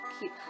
keep